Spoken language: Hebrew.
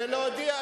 הוא מבטל אותו.